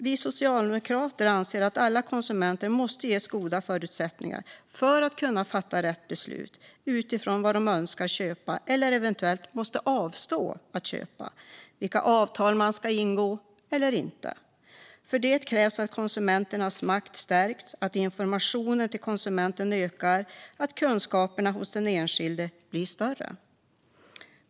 Vi socialdemokrater anser att alla konsumenter måste ges goda förutsättningar att fatta rätt beslut utifrån vad de önskar köpa eller eventuellt måste avstå från att köpa och vilka avtal de ska ingå eller inte ingå. För detta krävs att konsumenternas makt stärks, att informationen till konsumenterna ökar och att kunskaperna hos den enskilde blir större.